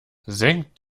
senkt